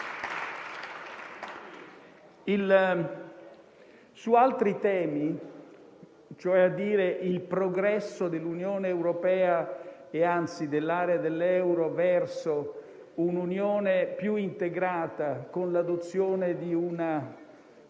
Altri temi come il progresso dell'Unione europea - anzi, dell'area dell'euro - verso un'unione più integrata con l'adozione di un